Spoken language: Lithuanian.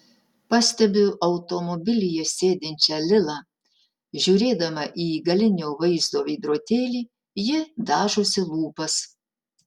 pastebiu automobilyje sėdinčią lilą žiūrėdama į galinio vaizdo veidrodėlį ji dažosi lūpas